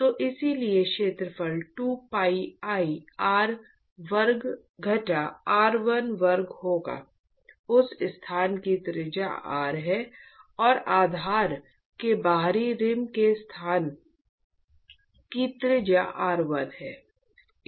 तो इसलिए क्षेत्रफल 2pi r वर्ग घटा r1 वर्ग होगा उस स्थान की त्रिज्या r है और आधार के बाहरी रिम के स्थान की त्रिज्या r1 है